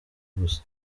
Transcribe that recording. gusa